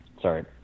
sorry